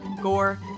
gore